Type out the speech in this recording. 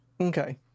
okay